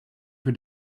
per